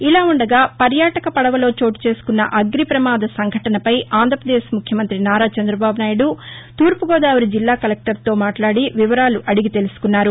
ఇలావుండగా పర్యాటక పడవలో చోటుచేసుకున్న అగ్నిప్రమాదం సంఘటనపై ఆంధ్రపదేశ్ ముఖ్యమంత్రి నారా చంద్రబాబునాయుడు తూర్పు గోదావరి జిల్లా కలెక్టర్తో మాట్లాడి వివరాలు అడిగి తెలుసుకున్నారు